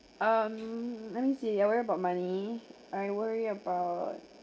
um let me see I worry about money I worry about